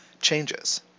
changes